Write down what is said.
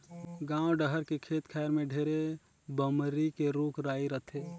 गाँव डहर के खेत खायर में ढेरे बमरी के रूख राई रथे